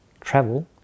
travel